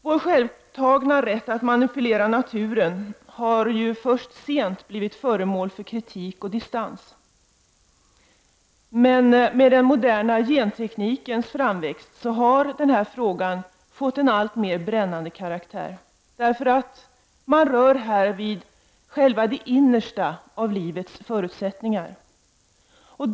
Vår självtagna rätt att manipulera naturen har ju först sent blivit föremål för kritik och mötts med distans. Men med den moderna genteknikens framväxt har denna fråga fått en alltmer brännande karaktär. Man rör ju här vid det innersta när det gäller livets förutsättningar.